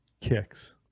kicks